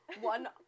one